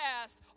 past